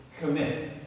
Commit